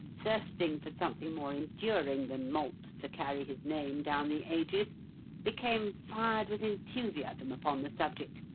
thirsting for something more enduring than malt to carry his name down the ages became fired with enthusiasm upon the subject,